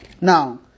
now